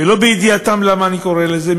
ולא בידיעתם, למה אני קורא לזה כך?